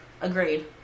Agreed